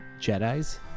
Jedi's